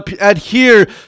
adhere